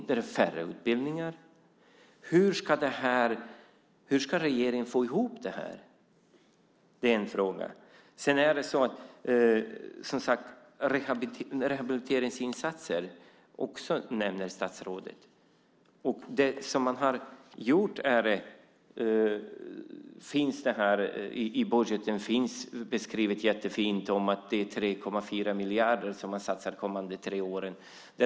Det finns färre sådana utbildningar. Hur ska regeringen få ihop det här? Det är en fråga. Statsrådet nämner också rehabiliteringsinsatser. Det man har gjort är att i budgeten beskriva så jättefint att det är 3,4 miljarder som man satsar under de kommande tre åren.